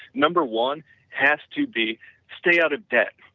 number one has to be stay out of debt,